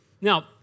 Now